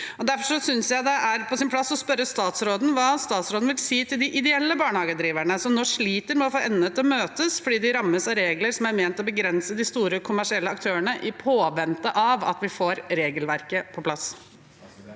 Derfor synes jeg det er på sin plass å spørre statsråden hva hun vil si til de ideelle barnehagedriverne, som nå sliter med å få endene til å møtes fordi de rammes av regler som er ment å begrense de store, kommersielle aktørene, i påvente av at vi får regelverket på plass.